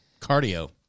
cardio